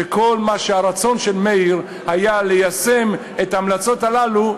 כל הרצון של מאיר היה ליישם את ההמלצות הללו,